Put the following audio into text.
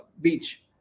beach